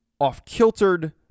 off-kiltered